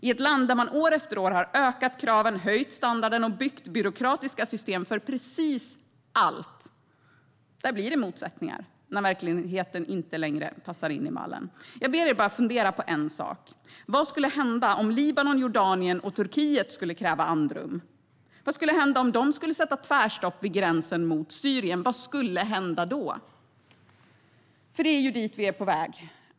I ett land där man år efter år har ökat kraven, höjt standarden och byggt byråkratiska system för precis allt blir det motsättningar när verkligheten inte längre passar in i mallen. Jag ber er bara fundera på en sak: Vad skulle hända om Libanon, Jordanien och Turkiet skulle kräva andrum? Vad skulle hända om de skulle sätta tvärstopp vid gränsen mot Syrien? Vad skulle hända då? Det är dit vi är på väg.